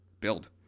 build